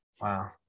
wow